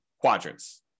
quadrants